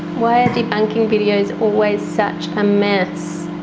why are debunking video is always such a mess?